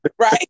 Right